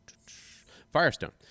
Firestone